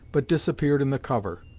but disappeared in the cover.